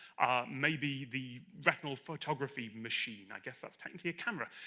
maybe the retinal photography machine, i guess that's technically a camera,